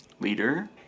Leader